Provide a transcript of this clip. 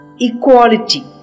equality